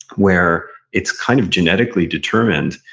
where it's kind of genetically determined.